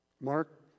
Mark